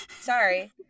Sorry